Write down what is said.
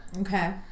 Okay